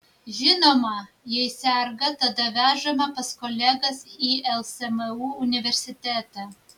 žinoma jei serga tada vežame pas kolegas į lsmu universitetą